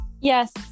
Yes